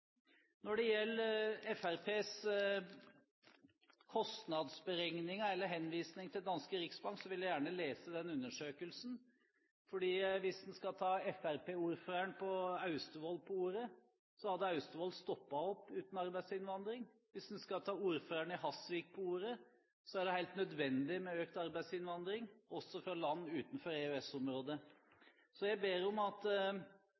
Når det gjelder Fremskrittspartiets kostnadsberegninger og henvisning til den danske Riksbanken, vil jeg gjerne lese den undersøkelsen. For hvis en skal ta fremskrittspartiordføreren i Austevoll på ordet, hadde Austevoll stoppet opp uten arbeidsinnvandring, og hvis en skal ta ordføreren i Hasvik på ordet, er det helt nødvendig med økt arbeidsinnvandring også fra land utenfor EØS-området. Så jeg ber om at